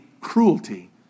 cruelty